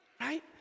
Right